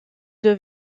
deux